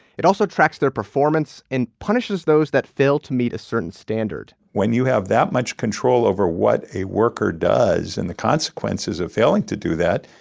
it also tracks their performance and punishes those that fail to meet a certain standard when you have that much control over what a worker does and the consequences of failing to do that,